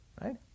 Right